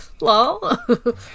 Lol